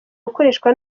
gukoreshwa